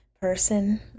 person